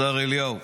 השר אליהו,